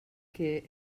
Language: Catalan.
que